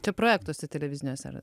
čia projektuose televiziniuose ar